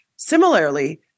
Similarly